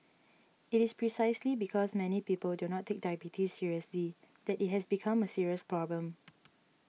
it is precisely because many people do not take diabetes seriously that it has become a serious problem